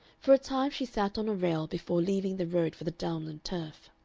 for a time she sat on a rail before leaving the road for the downland turf.